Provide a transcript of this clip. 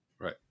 Right